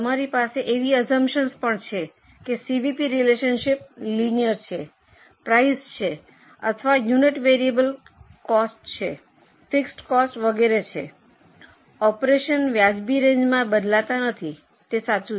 તમારી પાસે એવી અસ્સુમ્પ્શન્સ પણ છે કે સીવીપી રિલેશનશિપ લિનિયર છે પ્રાઇસ છે અથવા unit variable cost fixed cost વગેરે છે ઓપરેશનની વાજબી રેન્જમાં બદલાતા નથી તે સાચું છે